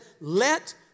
let